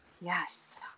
Yes